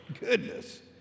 Goodness